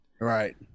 Right